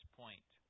point